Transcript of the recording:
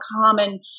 common